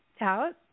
out